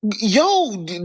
Yo